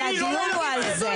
אבל הדיון הוא על זה.